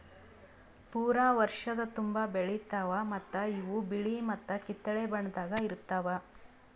ಪೂರಾ ವರ್ಷದ ತುಂಬಾ ಬೆಳಿತಾವ್ ಮತ್ತ ಇವು ಬಿಳಿ ಮತ್ತ ಕಿತ್ತಳೆ ಬಣ್ಣದಾಗ್ ಇರ್ತಾವ್